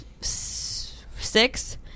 six